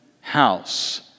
house